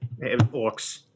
orcs